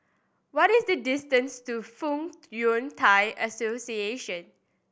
what is the distance to Fong Yun Thai Association